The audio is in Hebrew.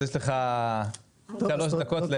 אז יש לך 3 דקות.